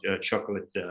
chocolate